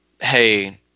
hey